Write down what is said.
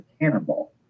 cannonball